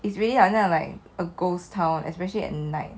it's really 那种 like a ghost town especially at night